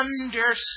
understand